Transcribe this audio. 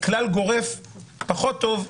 כלל גורף הוא דבר פחות טוב.